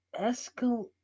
Escal